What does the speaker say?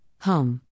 Home